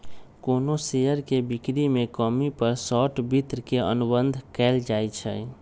कोनो शेयर के बिक्री में कमी पर शॉर्ट वित्त के अनुबंध कएल जाई छई